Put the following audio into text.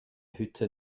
hütte